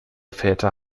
väter